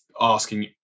asking